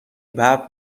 ببر